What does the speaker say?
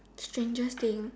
strangest thing